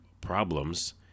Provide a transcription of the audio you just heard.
problems